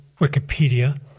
Wikipedia